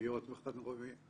עיריות וכדומה.